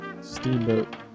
Steamboat